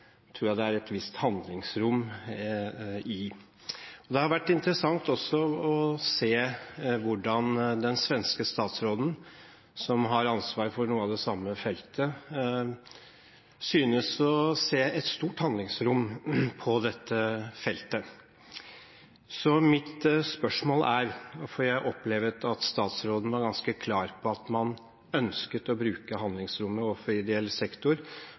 tror jeg det er et visst handlingsrom i. Det har vært interessant også å se hvordan den svenske statsråden som har ansvar for noe av det samme feltet, synes å se et stort handlingsrom på dette feltet. Jeg opplevde at statsråden var ganske klar på at man ønsket å bruke handlingsrommet overfor ideell sektor.